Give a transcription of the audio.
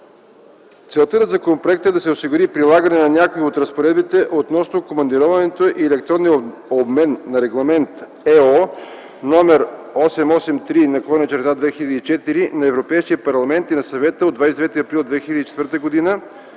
Целта на законопроекта е да се осигури прилагане на някои от разпоредбите относно командироването и електронния обмен на Регламент (ЕО) № 883/2004 на Европейския парламент и на Съвета от 29 април 2004 г.